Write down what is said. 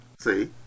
See